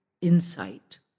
insight